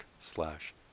slash